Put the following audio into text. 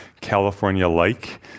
California-like